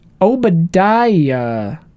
Obadiah